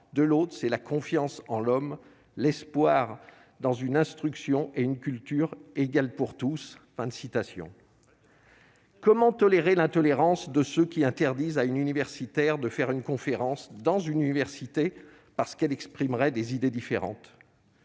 de l'autre, c'est la confiance en l'homme, l'espoir dans une instruction et une culture égale pour tous, fin de citation. Comment tolérer l'intolérance de ceux qui interdisent à une universitaire de faire une conférence dans une université, parce qu'elle exprimerait des idées différentes.